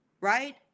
right